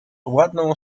ładną